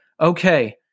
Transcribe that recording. okay